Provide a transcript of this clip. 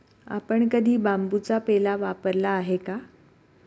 आपण कधी बांबूचा पेला वापरला आहे का?